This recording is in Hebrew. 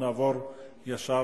נתקבלה.